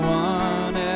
one